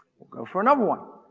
we'll go for another one.